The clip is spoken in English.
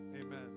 Amen